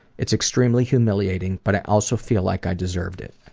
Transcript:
it's extremely humiliating, but i also feel like i deserved it.